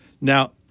Now